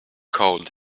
cold